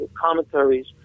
commentaries